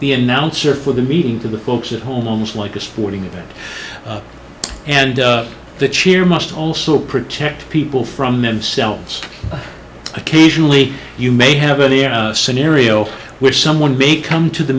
the announcer for the meeting to the folks at home almost like a sporting event and the cheer must also protect people from themselves occasionally you may have a scenario where someone may come to the